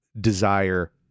desire